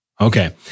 Okay